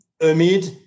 amid